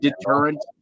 deterrent